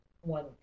one